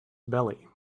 belly